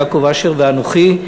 יעקב אשר ואנוכי.